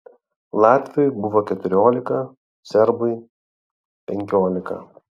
latviui buvo keturiolika serbui penkiolika